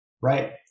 right